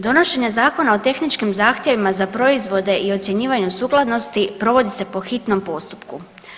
Donošenje Zakona o tehničkim zahtjevima za proizvode i ocjenjivanju sukladnosti provodi se po hitnom postupku.